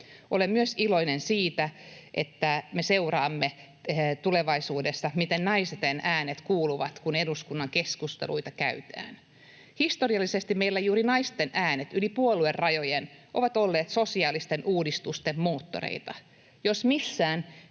Olen myös iloinen siitä, että me seuraamme tulevaisuudessa, miten naisten äänet kuuluvat, kun eduskunnan keskusteluita käydään. Historiallisesti meillä juuri naisten äänet yli puoluerajojen ovat olleet sosiaalisten uudistusten moottoreita.